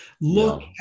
Look